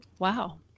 Wow